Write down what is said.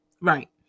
right